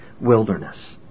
wilderness